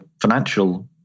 financial